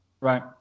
Right